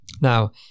Now